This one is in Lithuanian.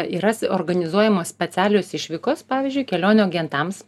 yra organizuojamos specialios išvykos pavyzdžiui kelionių agentams